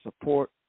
support